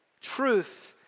truth